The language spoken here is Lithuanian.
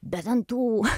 be dantų